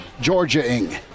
Georgia-ing